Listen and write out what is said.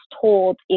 told